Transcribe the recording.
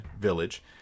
village